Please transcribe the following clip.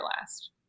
last